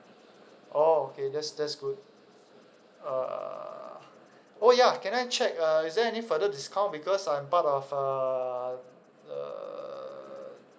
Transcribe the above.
oh okay that's that's good uh oh ya can I check uh is there any further discount because I'm part of uh uh